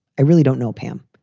i really don't know, pam.